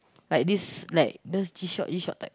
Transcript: like this like this G-shock G-shock type